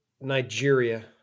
Nigeria